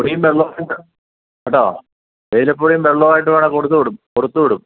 പൊടിയും വെള്ളവും കേട്ടോ തേയിലപ്പൊടി വെള്ളവുമായിട്ട് വേണേ കൊടുത്ത് വിടും കൊടുത്ത് വിടും